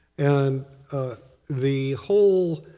and the whole